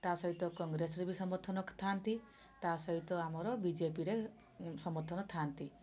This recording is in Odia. ତା' ସହିତ କଂଗେସର ବି ସମର୍ଥନ ଥାଆନ୍ତି ତା' ସହିତ ଆମର ବିଜେପିରେ ସମର୍ଥନ ଥାଆନ୍ତି